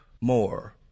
more